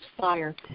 fire